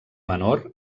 menor